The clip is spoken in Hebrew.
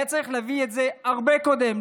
היה צריך להביא את זה הרבה קודם.